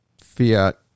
fiat